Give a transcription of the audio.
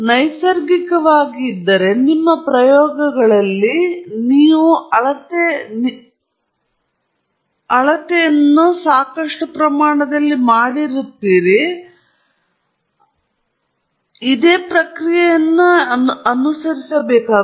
ಮತ್ತು ನೈಸರ್ಗಿಕವಾಗಿ ಇದ್ದರೆ ನಿಮ್ಮ ಪ್ರಯೋಗಗಳಲ್ಲಿ ನೀವು ಅಳತೆ ಇತರ ಪ್ರಮಾಣದಲ್ಲಿ ಸಾಕಷ್ಟು ಬದ್ಧರಾಗಿರುತ್ತೀರಿ ನೀವು ಇದೇ ಪ್ರಕ್ರಿಯೆಯನ್ನು ಅನುಸರಿಸಬೇಕು